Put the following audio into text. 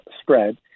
spread